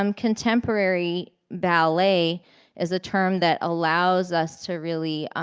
um contemporary ballet is a term that allows us to really,